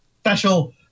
special